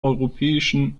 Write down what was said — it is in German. europäischen